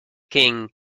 king